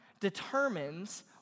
determines